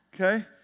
Okay